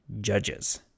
judges